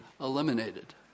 eliminated